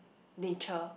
nature